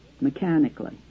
mechanically